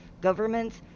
Governments